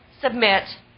submit